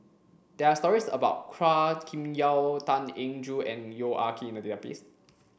there are stories about Chua Kim Yeow Tan Eng Joo and Yong Ah Kee in the database